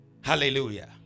hallelujah